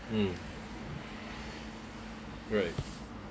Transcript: mm right